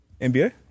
NBA